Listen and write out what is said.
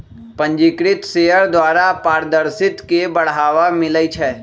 पंजीकृत शेयर द्वारा पारदर्शिता के बढ़ाबा मिलइ छै